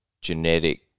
genetic